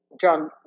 John